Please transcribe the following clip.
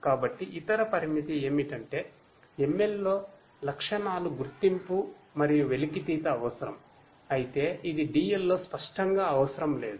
కాబట్టి ఇతర పరిమితి ఏమిటంటే ML లో లక్షణాల గుర్తింపు మరియు వెలికితీత అవసరం అయితే ఇది DL లో స్పష్టంగా అవసరం లేదు